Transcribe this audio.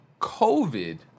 COVID